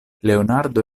leonardo